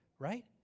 right